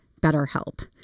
BetterHelp